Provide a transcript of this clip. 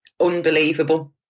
unbelievable